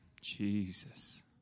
Jesus